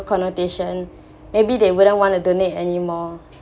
connotation maybe they wouldn't want to donate anymore